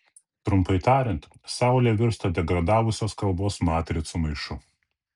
trumpai tariant saulė virsta degradavusios kalbos matricų maišu